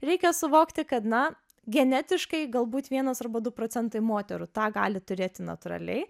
reikia suvokti kad na genetiškai galbūt vienas arba du procentai moterų tą gali turėti natūraliai